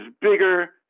bigger